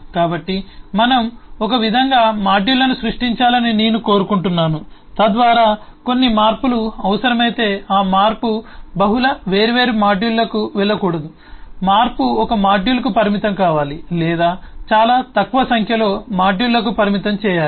కాబట్టి మనం ఒక విధంగా మాడ్యూళ్ళను సృష్టించాలని నేను కోరుకుంటున్నాను తద్వారా కొన్ని మార్పులు అవసరమైతే ఆ మార్పు బహుళ వేర్వేరు మాడ్యూళ్ళకు వెళ్ళకూడదు మార్పు ఒక మాడ్యూల్కు పరిమితం కావాలి లేదా చాలా తక్కువ సంఖ్యలో మాడ్యూళ్ళకు పరిమితం చేయాలి